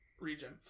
region